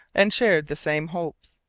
and shared the same hopes.